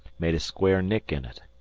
made a square nick in it.